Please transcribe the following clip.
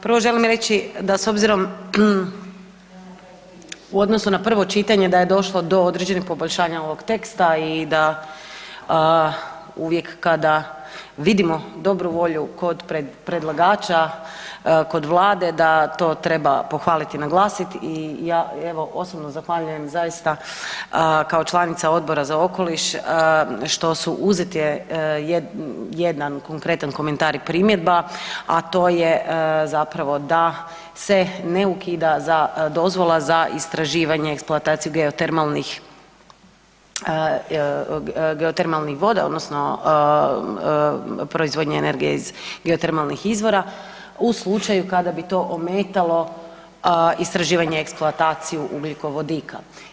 Prvo želim reći da s obzirom u odnosu na prvo čitanje da je došlo do određenih poboljšanja ovog teksta i da uvijek kada vidimo dobru volju kod predlagača, kod Vlade, da to treba pohvaliti i naglasit i ja evo, osobno zahvaljujem zaista kao članica Odbora za okoliša što su uzete jedan konkretan komentar i primjedba a to je zapravo da se ne ukida dozvola za istraživanje i eksploataciju geotermalnih voda odnosno proizvodnje energije iz geotermalnih izvora, u slučaju kada bi to ometalo istraživanju i eksploataciju ugljikovodika.